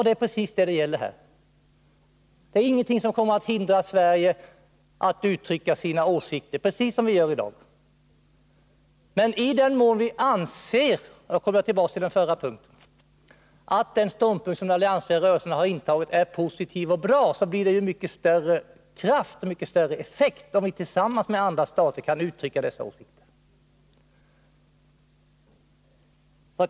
Det är precis det som gäller här också. Ingenting kommer att hindra att Sverige uttrycker sina åsikter, precis som i dag. Men i den mån vi anser — och nu kommer jag tillbaka till den förra punkten — att den ståndpunkt som den alliansfria rörelsen har intagit är positiv och bra, blir det ju mycket större kraft och mycket större effekt, om Sverige tillsammans med andra stater kan uttrycka dessa åsikter.